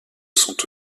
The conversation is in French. sont